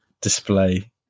display